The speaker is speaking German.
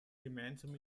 gemeinsam